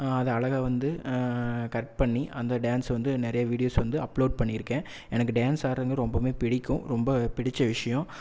அது அழகாக வந்து கட் பண்ணி அந்த டான்ஸ் வந்து நிறைய வீடியோஸ் வந்து அப்லோட் பண்ணியிருக்கேன் எனக்கு டேன்ஸ் ஆடுகிறத்துக்கு ரொம்பவுமே பிடிக்கும் ரொம்ப பிடித்த விஷயம்